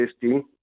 testing